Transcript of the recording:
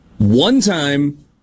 One-time